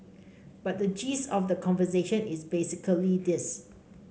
but the gist of the conversation is basically this